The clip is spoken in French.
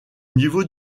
niveau